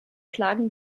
klagen